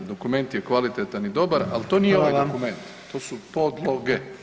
Dokument je kvalitetan i dobar ali to nije ovaj dokument [[Upadica predsjednik: Hvala vam.]] to su podloge.